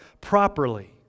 properly